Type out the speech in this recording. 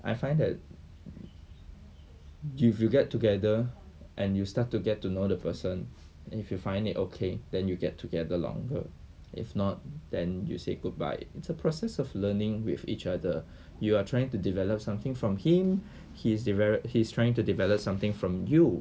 I find that if you get together and you start to get to know the person if you find it okay then you get together longer if not then you say goodbye it's a process of learning with each other you are trying to develop something from him he's develo~ he's trying to develop something from you